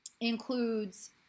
includes